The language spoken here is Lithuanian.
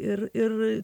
ir ir